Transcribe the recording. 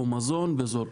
או מזון בזול,